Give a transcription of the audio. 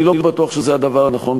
אני לא בטוח שזה הדבר הנכון,